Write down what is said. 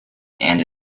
and